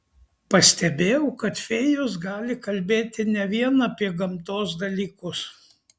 pastebėjau kad fėjos gali kalbėti ne vien apie gamtos dalykus